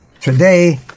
Today